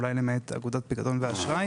אולי למעט אגודת פיקדון ואשראי